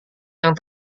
yang